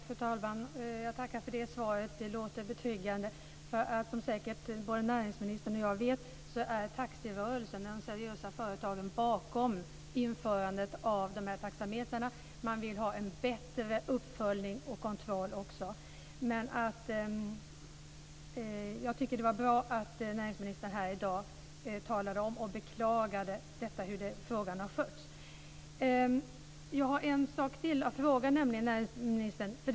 Fru talman! Jag tackar för det svaret. Det låter betryggande. Både näringsminstern och jag vet att de seriösa företagen inom taxirörelsen står bakom införande av dessa taxametrar. De vill ha en bättre uppföljning och kontroll. Det var bra att näringsministern här i dag talade om och beklagade hur frågan har skötts. Jag har en sak till att fråga näringsministern om.